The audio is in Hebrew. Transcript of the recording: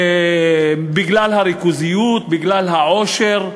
בגלל הריכוזיות, בגלל העושר,